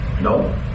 No